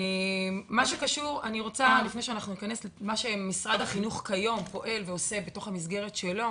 למה שמשרד החינוך כיום פועל ועושה בתוך המסגרת שלו,